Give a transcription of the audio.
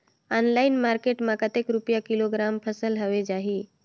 Online market मां कतेक रुपिया किलोग्राम फसल हवे जाही?